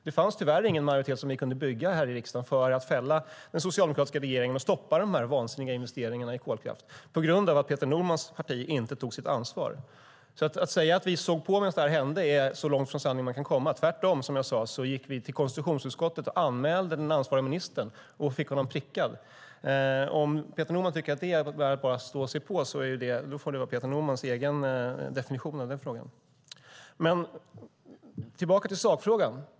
Vi kunde tyvärr inte bygga någon majoritet här i riksdagen för att fälla den socialdemokratiska regeringen och stoppa dessa vansinniga investeringar i kolkraft på grund av att Peter Normans parti inte tog sitt ansvar. Att säga att vi såg på medan detta hände är så långt från sanningen som man kan komma. Tvärtom, som jag sade, gick vi till konstitutionsutskottet och anmälde den ansvariga ministern och fick honom prickad. Om Peter Norman tycker att det är att bara stå och se på får det vara Peter Normans egen definition av denna fråga. Jag ska gå tillbaka till sakfrågan.